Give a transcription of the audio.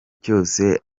cyose